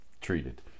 treated